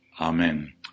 Amen